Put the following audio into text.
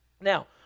Now